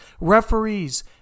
referees